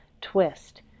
twist